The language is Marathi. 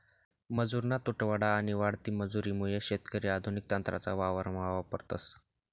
मजुरना तुटवडा आणि वाढती मजुरी मुये शेतकरी आधुनिक तंत्रज्ञान वावरमा वापरतस